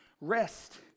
rest